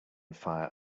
fire